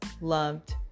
loved